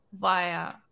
via